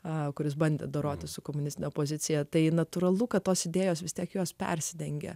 autorius bandė dorotis su komunistine opozicija tai natūralu kad tos idėjos vis tiek jos persidengia